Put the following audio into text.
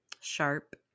Sharp